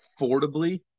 affordably